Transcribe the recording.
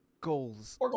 goals